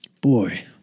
boy